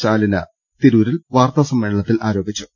ശാലിന തിരൂരിൽ വാർത്താ സമ്മേളനത്തിൽ ആരോപിച്ചു